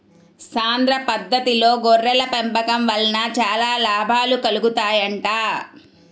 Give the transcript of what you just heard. సాంద్ర పద్దతిలో గొర్రెల పెంపకం వలన చాలా లాభాలు కలుగుతాయంట